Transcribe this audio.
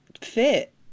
fit